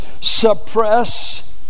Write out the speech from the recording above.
suppress